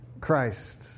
Christ